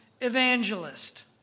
evangelist